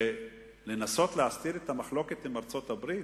ולנסות להסתיר את המחלוקת עם ארצות-הברית?